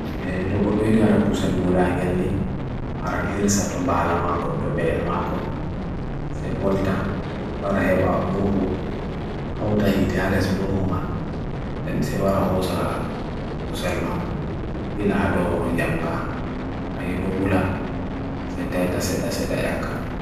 E togudu idu hara kusel gula ingelni, haran hirsatum bala mako, tubel mako, se bolta, paraheba muruhu, hauta hi tihales muruhu man, dense warahosa kusel man, bilha do jamga, hay do gula se teta seta seta yakak.